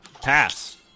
Pass